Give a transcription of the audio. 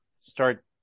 start